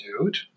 dude